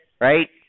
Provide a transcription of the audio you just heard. right